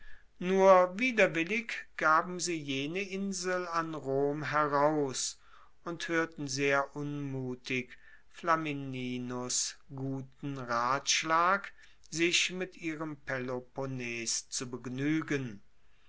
nur widerwillig gaben sie jene insel an rom heraus und hoerten sehr unmutig flamininus guten ratschlag sich mit ihrem peloponnes zu begnuegen